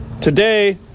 Today